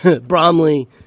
Bromley